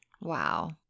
Wow